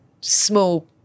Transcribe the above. small